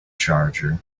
charger